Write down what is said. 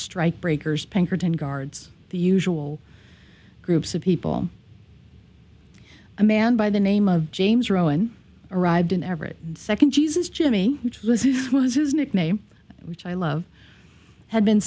strikebreakers pinkerton guards the usual groups of people a man by the name of james rowan arrived in everett second jesus jimmy which was it was his nickname which i love had